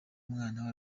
umwana